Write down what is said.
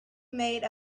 made